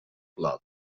blood